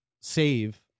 save